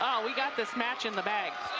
um we got this match in the bag.